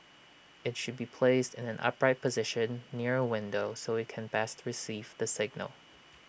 IT should be placed in an upright position near A window so IT can best receive the signal